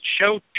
show